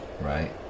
Right